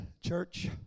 church